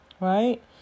Right